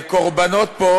קורבנות פה,